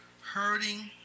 hurting